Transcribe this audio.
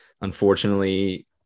unfortunately